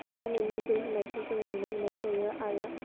मा होनो नोजोर होनायखौ जों नुनो मोननाय जायो आरो